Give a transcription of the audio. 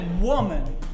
Woman